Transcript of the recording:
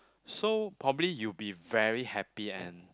so probably you'll be very happy and